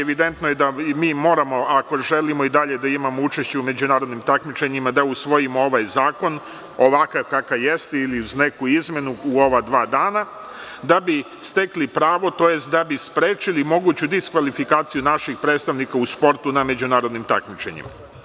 Evidentno je da mi moramo, ako želimo da i dalje imamo učešće u međunarodnim takmičenjima, da usvojimo ovaj zakon ovakav kakav jeste ili uz neku izmenu u ova dva dana, da bi sprečili moguću diskvalifikaciju naših predstavnika u sportu na međunarodnim takmičenjima.